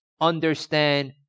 understand